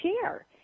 share